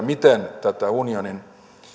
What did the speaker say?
miten tätä unionin